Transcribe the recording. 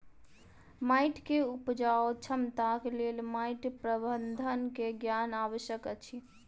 माइट के उपजाऊ क्षमताक लेल माइट प्रबंधन के ज्ञान आवश्यक अछि